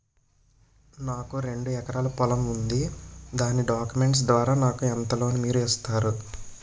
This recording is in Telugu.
నాకు రెండు ఎకరాల పొలం ఉంది దాని డాక్యుమెంట్స్ ద్వారా నాకు ఎంత లోన్ మీరు ఇస్తారు?